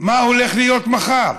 מה הולך להיות מחר,